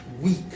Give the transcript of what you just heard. weak